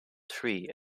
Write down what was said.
tree